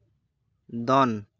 ᱫᱚᱱ